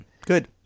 good